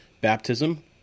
baptism